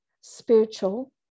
spiritual